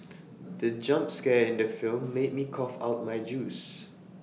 the jump scare in the film made me cough out my juice